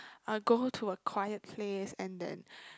uh go to a quiet place and then